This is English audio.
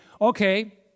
okay